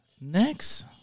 Next